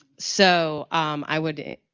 so i would,